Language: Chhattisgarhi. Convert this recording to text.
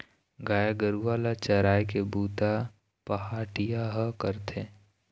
गाय गरूवा ल चराए के बूता पहाटिया ह करथे